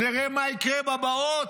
נראה מה יקרה בבאות.